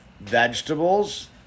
vegetables